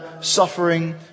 suffering